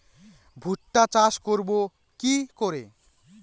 ভুট্টা চাষ করব কি করে?